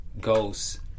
Ghost